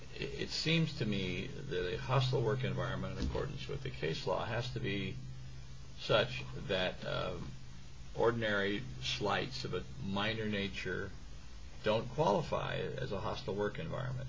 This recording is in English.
it seems to me that a hostile work environment importance with the case law has to be such that ordinary slights of a minor nature don't qualify as a hostile work environment